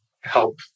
help